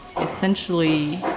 essentially